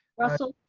russell.